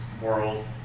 world